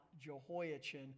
Jehoiachin